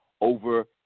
over